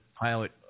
pilot